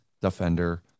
defender